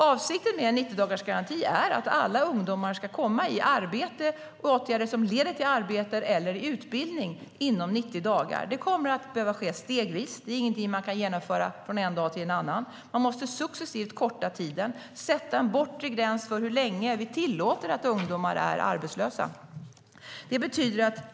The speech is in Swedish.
Avsikten med en 90-dagarsgaranti är att alla ungdomar inom 90 dagar ska komma i arbete, åtgärder som leder till arbete eller utbildning. Det kommer att behöva ske stegvis. Det är inget man kan genomföra från en dag till en annan. Man måste successivt korta tiden, sätta en bortre gräns för hur länge vi tillåter att ungdomar är arbetslösa.